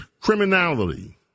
criminality